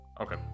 Okay